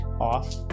off